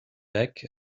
back